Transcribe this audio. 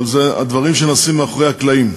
אבל אלה דברים שנעשים מאחורי הקלעים.